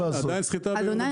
אדוני,